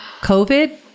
COVID